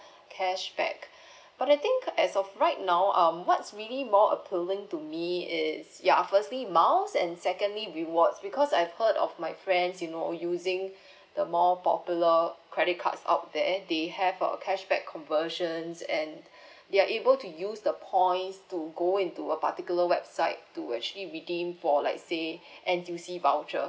cashback but I think uh as of right now um what's really more appealing to me is ya firstly miles and secondly rewards because I've heard of my friends you know using the more popular credit cards out there they have a cashback conversions and they are able to use the points to go into a particular website do actually redeem for like say voucher